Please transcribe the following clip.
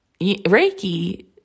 Reiki